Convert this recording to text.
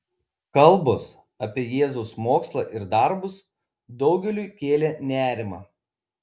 kalbos apie jėzaus mokslą ir darbus daugeliui kėlė nerimą